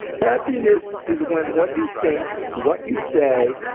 happiness is when what you think, what you say,